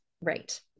Right